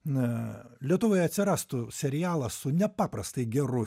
na lietuvoje atsirastų serialas su nepaprastai geru